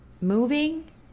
moving